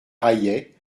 raillait